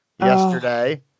Yesterday